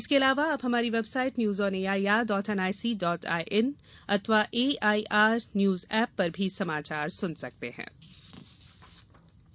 इसके अलावा आप हमारी website news on A I R dot N I C dot I N पर अथवा A I R news app पर भी समाचार सुन सकते हें